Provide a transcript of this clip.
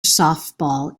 softball